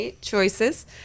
choices